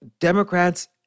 Democrats